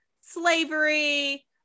slavery